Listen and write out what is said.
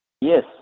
Yes